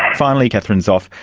finally katherine zoepf,